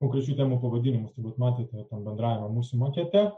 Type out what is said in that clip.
konkrečių temų pavadinimus matėte tam bendrajame mūsų makete